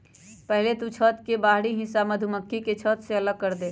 पहले तु छत्त के बाहरी हिस्सा मधुमक्खी के छत्त से अलग करदे